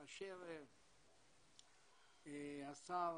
כאשר שר